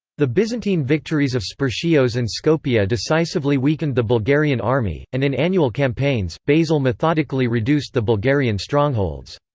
the byzantine victories of spercheios and skopje decisively weakened the bulgarian army, and in annual campaigns, basil methodically reduced the bulgarian strongholds.